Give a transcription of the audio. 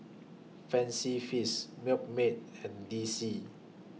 Fancy Feast Milkmaid and D C